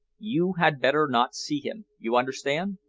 you had better not see him you understand.